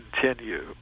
continue